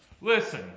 Listen